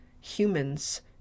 humans